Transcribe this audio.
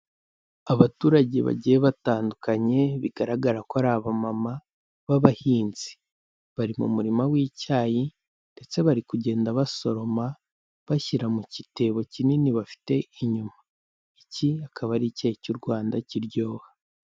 Abaturage bagiye batandukanye bigaragara ko ari abamama b'abahinzi, bari mu murima w'icyayi ndetse bari kugenda basoroma bashyira mu kitebo kinini bafite, inyuma iki akaba ari icyayi cy'u Rwanda kiryoha.